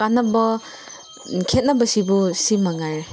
ꯀꯥꯟꯅꯕ ꯈꯦꯠꯅꯕꯁꯤꯕꯨ ꯁꯤ ꯃꯉꯥꯏꯔꯦ